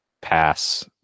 pass